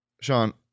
Sean